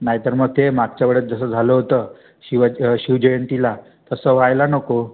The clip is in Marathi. नाहीतर मग ते मागच्या वेळेस जसं झालं होतं शिव शिवजयंतीला तसं व्हायला नको